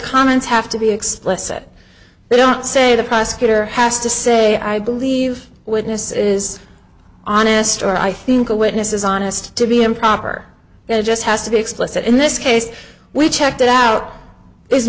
comments have to be explicit they don't say the prosecutor has to say i believe witness is honest or i think a witness is honest to be improper it just has to be explicit in this case we checked it out i